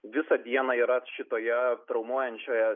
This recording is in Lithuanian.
visą dieną yra šitoje traumuojančioje